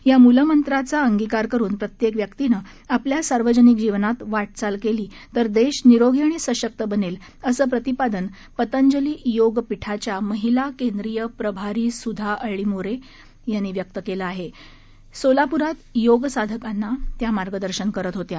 या मूलमंत्राचा अंगीकार करून प्रत्येक व्यक्तीने आपल्या सार्वजनिक जीवनात वाटचाल केल्यास देश निरोगी आणि सशक बनेल असे प्रतिपादन पतंजली योग पिठाच्या महिला केंद्रीय प्रभारी सुधा अळ्ळीमोरे यांनी केलं आहे या सोलापूरात योग साधकांना मार्गदर्शक करत होत्या